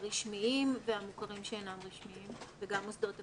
הרשמיים והמוכרים שאינם רשמיים וגם מוסדות הפטור.